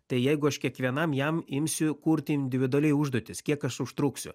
tai jeigu aš kiekvienam jam imsiu kurti individualiai užduotis kiek užtruksiu